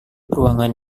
ruangan